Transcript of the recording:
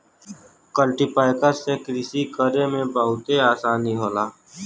cultipacker से कृषि करे में बहुते आसानी होला